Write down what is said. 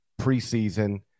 preseason